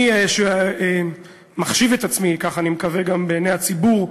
אני מחשיב את עצמי, כך אני מקווה גם בעיני הציבור,